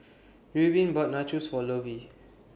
Reubin bought Nachos For Lovey